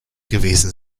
gewesen